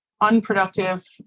unproductive